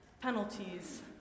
penalties